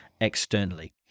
externally